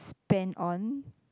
spend on